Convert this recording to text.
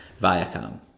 Viacom